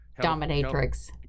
Dominatrix